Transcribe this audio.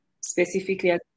specifically